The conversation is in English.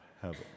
heaven